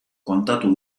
kontatu